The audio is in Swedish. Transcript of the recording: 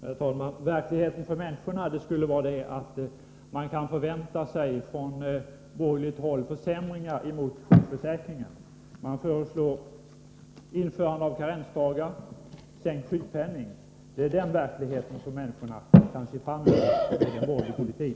Herr talman! Verkligheten för människorna är den att de kan förvänta sig försämringar av sjukförsäkringen, om de borgerliga partierna får bestämma — man föreslår införande av karensdagar och sänkt sjukpenning. Det är den verklighet som människorna kan se fram emot med en borgerlig politik.